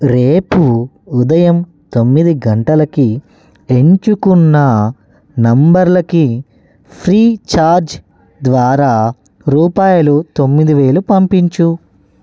రేపు ఉదయం తొమ్మిది గంటలకి ఎంచుకున్న నంబర్లకి ఫ్రీచార్జ్ ద్వారా రూపాయలు తొమ్మిది వేలు పంపించు